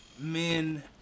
men